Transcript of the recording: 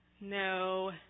No